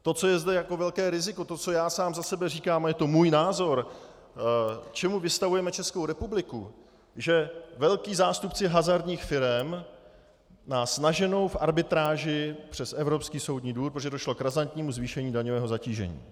To, co je zde jako velké riziko, to, co já sám za sebe říkám, a je to můj názor, čemu vystavujeme Českou republiku, že velcí zástupci hazardních firem nás naženou v arbitráži před Evropský soudní dvůr, protože došlo k razantnímu zvýšení daňového zatížení.